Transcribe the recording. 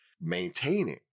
maintaining